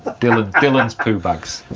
dillons dillons poop bags.